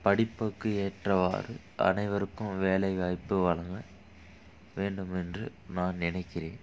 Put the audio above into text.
படிப்புக்கு ஏற்றவாறு அனைவருக்கும் வேலை வாய்ப்பு வழங்க வேண்டும் என்று நான் நினைக்கிறேன்